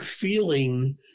feeling